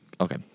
Okay